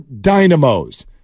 dynamos